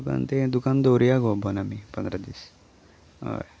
तें दुकान दवरुया गो बंद आमी पंदरा दीस हय